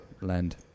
Land